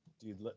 dude